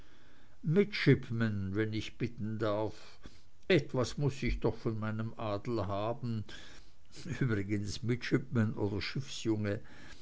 midshipman wenn ich bitten darf etwas muß ich doch von meinem adel haben übrigens midshipman oder schiffsjunge